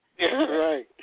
Right